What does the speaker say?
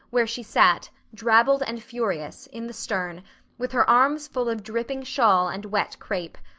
where she sat, drabbled and furious, in the stern with her arms full of dripping shawl and wet crepe.